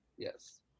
yes